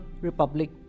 Republic